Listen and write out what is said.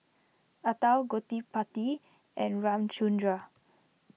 Atal Gottipati and Ramchundra